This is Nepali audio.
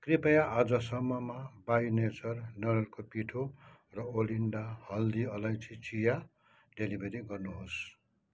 कृपया आजसम्ममा बाई नेचर नरिवलको पिठो र ओलिन्डा हल्दी अलैँची चिया डेलिभरी गर्नुहोस्